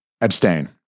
abstain